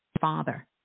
father